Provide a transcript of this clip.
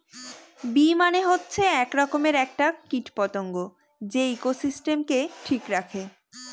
bee মানে হচ্ছে এক রকমের একটা কীট পতঙ্গ যে ইকোসিস্টেমকে ঠিক রাখে